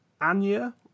Anya